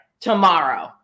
tomorrow